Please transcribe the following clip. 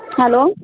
hello